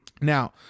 Now